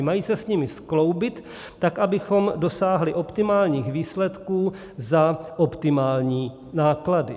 Mají se s nimi skloubit tak, abychom dosáhli optimálních výsledků za optimální náklady.